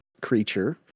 creature